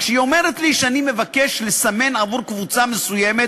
כשהיא אומרת לי שאני מבקש לסמן עבור קבוצה מסוימת,